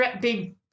big